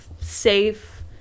safe